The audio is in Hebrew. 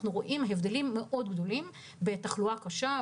אנחנו רואים הבדלים מאוד גדולים בתחלואה קשה,